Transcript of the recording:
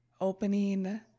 opening